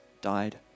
died